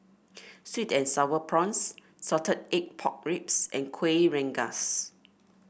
sweet and sour prawns Salted Egg Pork Ribs and Kuih Rengas